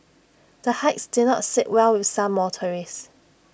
the hikes did not sit well with some motorists